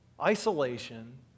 isolation